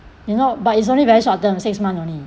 you know but it's only very short term six month only